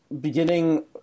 beginning –